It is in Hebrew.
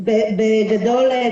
אמורים